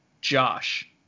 Josh